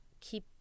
keep –